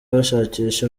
bashakisha